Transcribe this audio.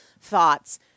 thoughts